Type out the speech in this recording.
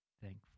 thankful